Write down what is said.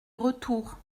retour